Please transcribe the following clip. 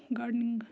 gardening